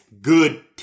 good